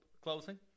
Closing